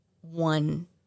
one